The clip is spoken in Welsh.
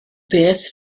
beth